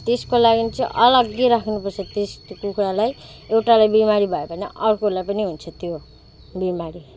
त्यसको लागि चाहिँ अलगै राख्नुपर्छ त्यस त्यो कुखुरालाई एउटालाई बिमारी भयो भने अर्कोलाई पनि हुन्छ त्यो बिमारी